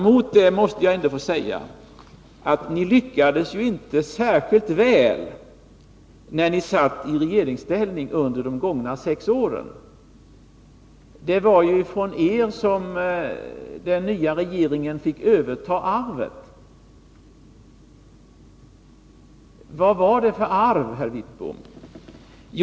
Mot detta måste jag få säga att ni inte lyckades särskilt väl när ni satt i regeringsställning under de gångna sex åren. Det var ju ifrån er som den nya regeringen fick överta arvet. Vad var det för ett arv, herr Wittbom?